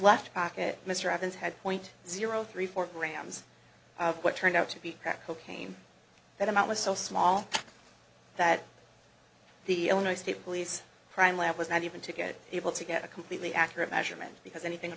left pocket mr evans had point zero three four grams of what turned out to be crack cocaine that amount was so small that the illinois state police crime lab was not even to get able to get a completely accurate measurement because anything